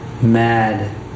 mad